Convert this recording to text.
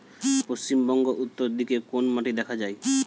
পশ্চিমবঙ্গ উত্তর দিকে কোন মাটি দেখা যায়?